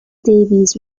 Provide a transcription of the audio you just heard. davies